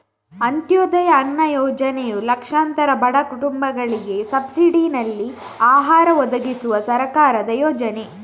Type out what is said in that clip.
ಅಂತ್ಯೋದಯ ಅನ್ನ ಯೋಜನೆಯು ಲಕ್ಷಾಂತರ ಬಡ ಕುಟುಂಬಗಳಿಗೆ ಸಬ್ಸಿಡಿನಲ್ಲಿ ಆಹಾರ ಒದಗಿಸುವ ಸರ್ಕಾರದ ಯೋಜನೆ